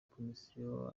komisiyo